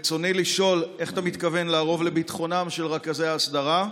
רצוני לשאול: 1. איך אתה מתכוון לערוב לביטחונם של רכזי ההסדרה?